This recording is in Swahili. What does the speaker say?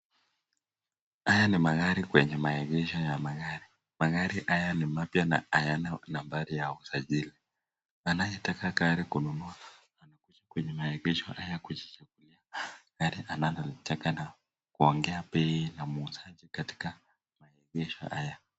Haya ni magari kwenye maegesho ya magari. Magari haya ni mapya na hayana nambari ya usajili. Anayetaka gari kununua anakuja kwenye maegesho haya kujichagulia gari analolitaka na kuongea bei na muuzaji katika maegesho haya.